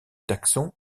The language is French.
taxon